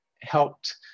helped